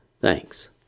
Thanks